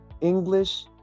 English